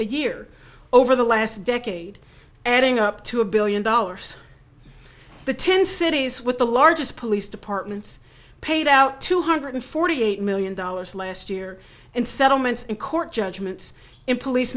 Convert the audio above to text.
a year over the last decade adding up to a billion dollars the ten cities with the largest police departments paid out two hundred forty eight million dollars last year and settlements in court judgments in police